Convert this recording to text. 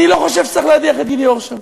אני לא חושב שצריך להדיח את גידי אורשר,